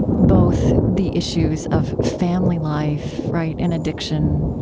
both the issues of family life, right, and addiction,